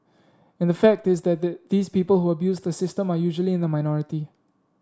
and the fact is that the these people who abuse the system are usually in the minority